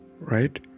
right